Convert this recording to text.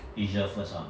asia first ah